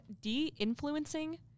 de-influencing